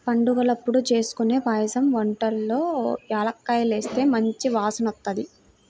పండగలప్పుడు జేస్కొనే పాయసం వంటల్లో యాలుక్కాయాలేస్తే మంచి వాసనొత్తది